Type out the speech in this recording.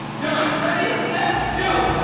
done. ready, set, go!